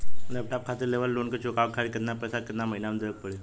Laptop खातिर लेवल loan के चुकावे खातिर केतना पैसा केतना महिना मे देवे के पड़ी?